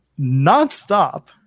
nonstop